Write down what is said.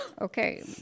Okay